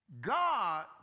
God